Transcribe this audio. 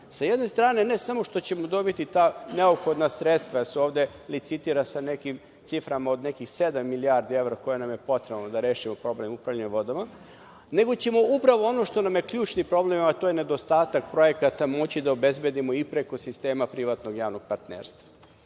jedne strane, ne samo što ćemo dobiti ta neophodna sredstva, jer se ovde licitira sa nekim ciframa od nekih sedam milijardi evra, koje nam je potrebno da rešimo problem upravljanja vodama, nego ćemo upravo ono što nam je ključni problem, a to je nedostatak projekata, moći da obezbedimo i preko sistema privatnog javnog partnerstva.